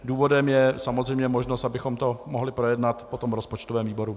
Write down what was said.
Důvodem je samozřejmě možnost, abychom to mohli projednat potom rozpočtovém výboru.